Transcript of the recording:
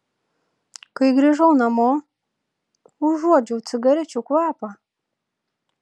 kai grįžau namo užuodžiau cigarečių kvapą